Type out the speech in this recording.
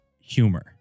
humor